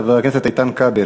חבר הכנסת איתן כבל,